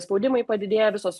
spaudimai padidėja visos